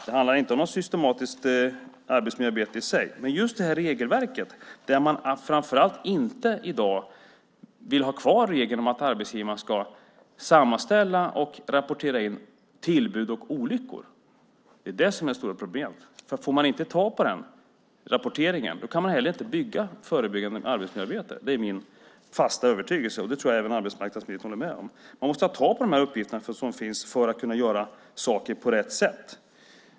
Det handlar inte om något systematiskt arbetsmiljöarbete i sig, men just det här regelverket, där man i dag framför allt inte vill ha kvar regeln om att arbetsgivarna ska sammanställa och rapportera in tillbud och olyckor. Det är det som är det stora problemet. Får man inte tag på den rapporteringen kan man heller inte bygga upp ett förebyggande arbetsmiljöarbete. Det är min fasta övertygelse. Jag tror att även arbetsmarknadsministern håller med om det. Man måste få tag på de här uppgifterna för att kunna göra saker på rätt sätt.